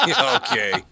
Okay